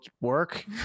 work